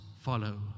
follow